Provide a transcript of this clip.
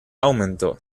aumentó